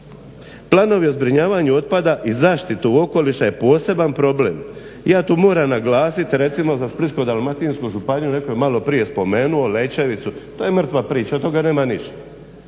Planovi o zbrinjavanju otpada i zaštitu okoliša je poseban problem. Ja tu moram naglasiti recimo za Splitsko-dalmatinsku županiju, netko je maloprije spomenuo …/Govornik se ne razumije./… su, to je mrtva priča od toga nema ništa.